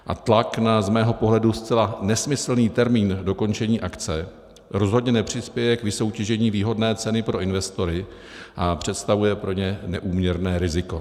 A tlak na z mého pohledu zcela nesmyslný termín dokončení akce rozhodně nepřispěje k vysoutěžení výhodné ceny pro investory a představuje pro ně neúměrné riziko.